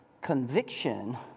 conviction